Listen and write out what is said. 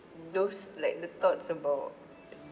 those like the thoughts about